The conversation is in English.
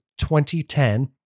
2010